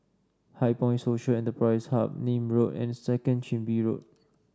HighPoint Social Enterprise Hub Nim Road and Second Chin Bee Road